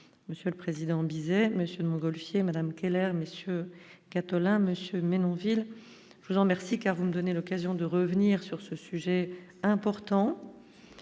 monsieur le Président, Bizet, monsieur le Montgolfier Madame Keller messieurs Catelin monsieur Menonville je vous en remercie car vous me donnez l'occasion de revenir sur ce sujet important,